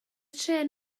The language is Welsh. trên